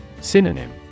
Synonym